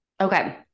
Okay